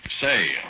Say